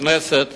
לכנסת